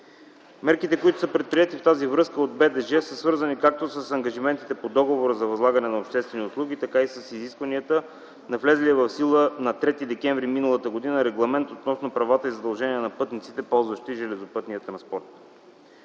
услуги. Предприетите в тази връзка мерки от БДЖ са свързани както с ангажиментите по Договора за възлагане на обществени услуги, така и с изискванията на влезлия в сила на 3 декември миналата година Регламент относно правата и задълженията на пътниците, ползващи железопътния транспорт.